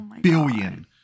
Billion